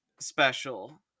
special